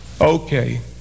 Okay